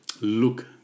look